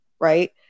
right